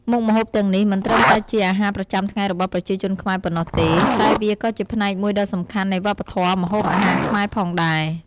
មុខម្ហូបទាំងនេះមិនត្រឹមតែជាអាហារប្រចាំថ្ងៃរបស់ប្រជាជនខ្មែរប៉ុណ្ណោះទេតែវាក៏ជាផ្នែកមួយដ៏សំខាន់នៃវប្បធម៌ម្ហូបអាហារខ្មែរផងដែរ។